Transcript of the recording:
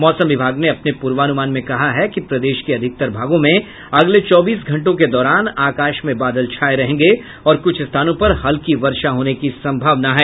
मौसम विभाग ने अपने पूर्वानुमान में कहा है कि प्रदेश के अधिकतर भागों में अगले चौबीस घंटों के दौरान आकाश में बादल छाये रहेंगे और कुछ स्थानों पर हल्की वर्षा होने की संभावना है